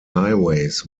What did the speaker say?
highways